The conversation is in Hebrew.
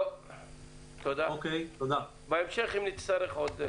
לא, תודה, בהמשך אם נצטרך.